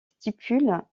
stipules